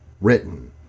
Written